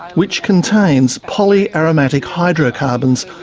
which contains poly-aromatic hydrocarbons,